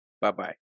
Bye-bye